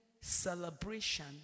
celebration